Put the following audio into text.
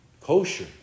kosher